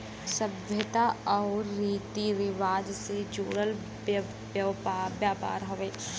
सभ्यता आउर रीती रिवाज से जुड़ल व्यापार हउवे